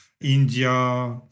India